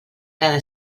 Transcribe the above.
cada